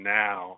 now